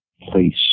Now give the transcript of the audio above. place